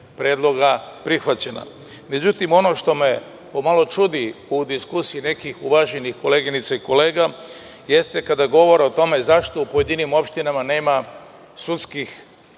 predloga prihvaćena.Međutim, ono što me pomalo čudi u diskusiji nekih uvaženih koleginica i kolega jeste kada govore o tome zašto u pojedinim opštinama nema sudskih